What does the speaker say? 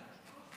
תודה רבה, חברים.